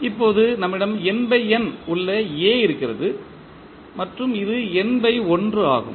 இப்போது நம்மிடம் x உள்ள A இருக்கிறது மற்றும் இது x ஆகும்